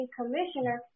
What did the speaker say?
commissioner